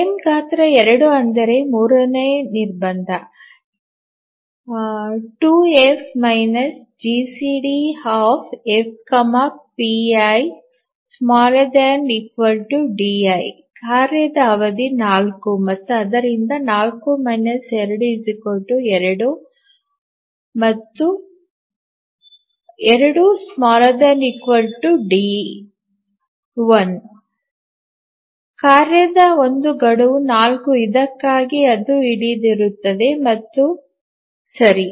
frame ಗಾತ್ರ 2 ಅಂದರೆ ಮೂರನೇ ನಿರ್ಬಂಧ 2 F GCD F P 1 ≤ D 2F GCDF p1 ≤ di ಕಾರ್ಯದ ಅವಧಿ 4 ಮತ್ತು ಆದ್ದರಿಂದ 4 2 2 ಮತ್ತು 2 ≤ ಡಿ 1 ಕಾರ್ಯದ ಒಂದು ಗಡುವು 4 ಇದಕ್ಕಾಗಿ ಅದು ಹಿಡಿದಿರುತ್ತದೆ ಮತ್ತು ಸರಿ